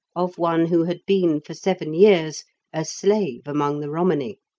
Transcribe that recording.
of one who had been for seven years a slave among the romany.